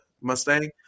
Mustang